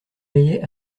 maillets